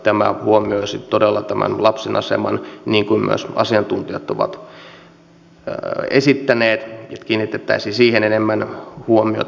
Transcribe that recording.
tämä huomioisi todella tämän lapsen aseman niin kuin myös asiantuntijat ovat esittäneet että kiinnitettäisiin siihen enemmän huomiota